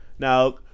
Now